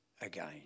again